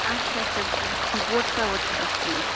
اَچھا اَچھا بوٹہٕ سوٲرۍ چھ و تۄہہِ چیٚن